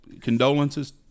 Condolences